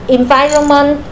environment